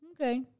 Okay